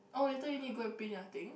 oh later you need go and print your thing